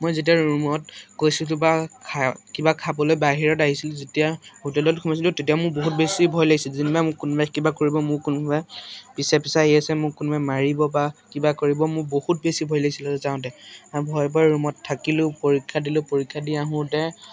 মই যেতিয়া ৰুমত কৈছিলোঁ বা খা কিবা খাবলৈ বাহিৰত আহিছিলোঁ যেতিয়া হোটেলত সোমাইছিলোঁ তেতিয়া মোৰ বহুত বেছি ভয় লাগিছিল যেনিবা মোক কোনোবাই কিবা কৰিব মোক কোনোবাই পিছে পিছে আহি আছে মোক কোনোবাই মাৰিব বা কিবা কৰিব মোৰ বহুত বেছি ভয় লাগিছিলে যাওঁতে ভয়ে ভয়ে ৰুমত থাকিলোঁ পৰীক্ষা দিলোঁ পৰীক্ষা দি আহোঁতে